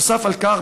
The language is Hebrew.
נוסף על כך,